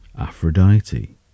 Aphrodite